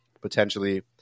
potentially